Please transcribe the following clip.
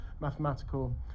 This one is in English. mathematical